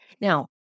Now